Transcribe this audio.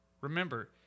Remember